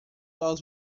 aos